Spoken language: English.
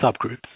subgroups